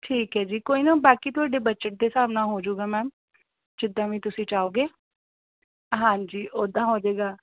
ਠੀਕ ਹੈ ਜੀ ਕੋਈ ਨਾ ਬਾਕੀ ਤੁਹਾਡੇ ਬਜਟ ਦੇ ਹਿਸਾਬ ਨਾਲ਼ ਹੋ ਜਾਵੇਗਾ ਮੈਮ ਜਿੱਦਾਂ ਵੀ ਤੁਸੀਂ ਚਾਹੋਗੇ ਹਾਂਜੀ ਉਦਾਂ ਹੋਜੇਗਾ